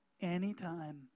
anytime